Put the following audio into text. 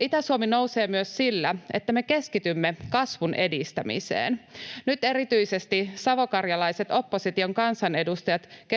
Itä-Suomi nousee myös sillä, että me keskitymme kasvun edistämiseen. Nyt erityisesti savokarjalaiset opposition kansanedustajat keskittyvät